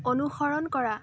অনুসৰণ কৰা